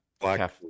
black